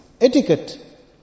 etiquette